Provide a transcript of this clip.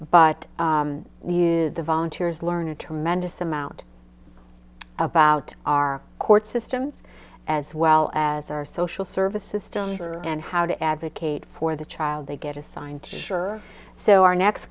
but you the volunteers learn a tremendous amount about our court systems as well as our social service system and how to advocate for the child they get assigned to sure so our next